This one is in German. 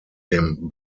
dem